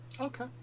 Okay